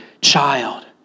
child